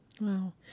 Wow